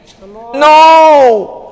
No